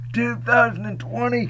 2020